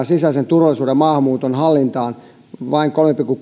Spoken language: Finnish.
sisäisen turvallisuuden ja maahanmuuton hallintaan vain kolme pilkku